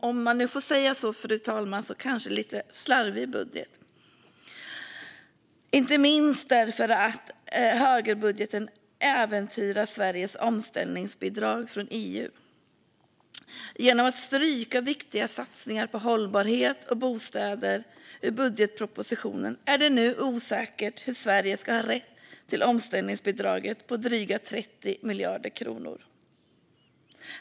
Om man nu får säga så, fru talman, är det kanske en lite slarvig budget, inte minst eftersom högerbudgeten äventyrar Sveriges omställningsbidrag från EU. Genom att man stryker viktiga satsningar på hållbarhet och bostäder ur budgetpropositionen är det nu osäkert hur Sverige ska ha rätt till omställningsbidraget på drygt 30 miljarder kronor.